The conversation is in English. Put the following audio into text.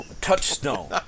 touchstone